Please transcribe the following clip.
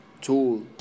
tool